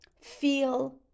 feel